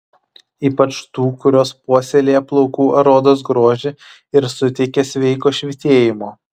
ypač tų kurios puoselėja plaukų ar odos grožį ir suteikia sveiko švytėjimo